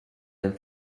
dem